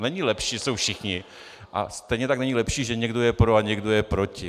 Není lepší, když jsou všichni, a stejně tak není lepší, že někdo je pro a někdo je proti.